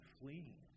fleeing